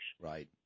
Right